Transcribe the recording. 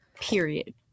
Period